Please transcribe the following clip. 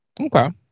Okay